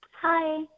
Hi